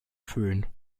föhn